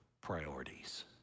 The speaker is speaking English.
priorities